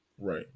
Right